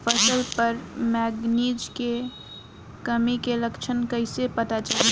फसल पर मैगनीज के कमी के लक्षण कईसे पता चली?